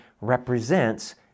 represents